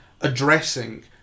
addressing